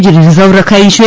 જે રિઝર્વ રખાઇ છે